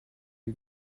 you